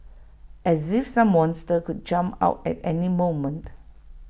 as if some monster could jump out at any moment